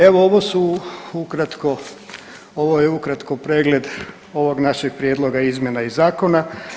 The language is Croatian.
Evo, ovo su ukratko, ovo je ukratko pregled ovog našeg prijedloga izmjena i zakona.